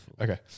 okay